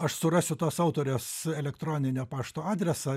aš surasiu tuos autorės elektroninio pašto adresą